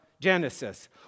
Genesis